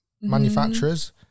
manufacturers